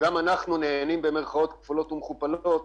וגם אנחנו "נהנים", במירכאות כפולות ומכופלות,